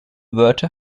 wörter